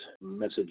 message